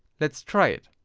let's try it.